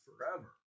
forever